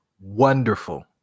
wonderful